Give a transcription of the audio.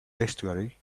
estuary